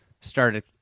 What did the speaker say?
started